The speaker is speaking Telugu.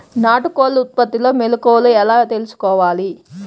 నాటుకోళ్ల ఉత్పత్తిలో మెలుకువలు ఎలా తెలుసుకోవాలి?